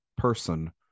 Person